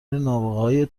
نابغههای